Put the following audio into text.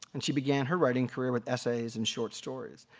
and she began her writing career with essays and short stories.